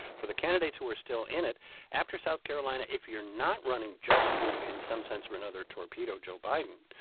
for the candidates who are still in it after south carolina, if you're not running just to, in some sense or another, torpedo joe biden,